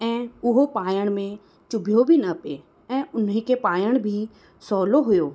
ऐं उहो पाइण में चुभियो बि न पियो ऐं उन खे पाइण बि सहुलो हुओ